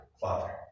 father